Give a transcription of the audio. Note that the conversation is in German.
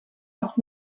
auch